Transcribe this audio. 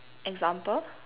example